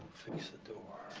fix the door.